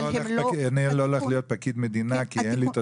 אבל הם לא --- אני לא הולך להיות פקיד מדינה כי אין לי את